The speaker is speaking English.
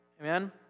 Amen